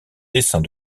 dessins